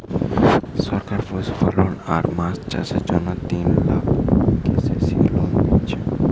সরকার পশুপালন আর মাছ চাষের জন্যে তিন লাখ কে.সি.সি লোন দিচ্ছে